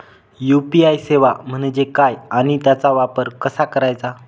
UPI सेवा म्हणजे काय आणि त्याचा वापर कसा करायचा?